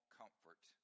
comfort